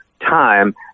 time